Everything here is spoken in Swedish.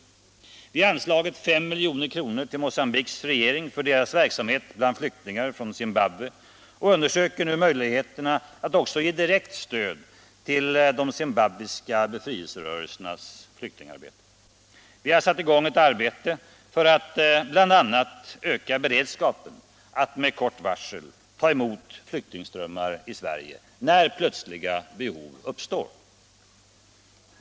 Vi har nyligen anslagit 5 milj.kr. till Mogambiques regering för dess verksamhet bland flyktingar från Zimbabwe och undersöker nu möjligheterna att också ge direkt stöd till de zimbabwiska befrielserörelsernas flyktingarbete. Vi har satt i gång ett arbete för att bl.a. öka beredskapen att med kort varsel kunna ta emot flyktingströmmar när plötsliga behov uppstår.